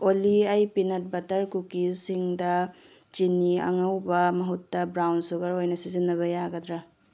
ꯑꯣꯜꯂꯤ ꯑꯩ peanut butter ꯀꯨꯀꯤꯁꯁꯤꯡꯗ ꯆꯤꯅꯤ ꯑꯉꯧꯕ ꯃꯍꯨꯠꯇ ꯕ꯭ꯔꯥꯎꯟ ꯁꯨꯒꯔ ꯑꯣꯏꯅ ꯁꯤꯖꯤꯟꯅꯕ ꯌꯥꯒꯗ꯭ꯔ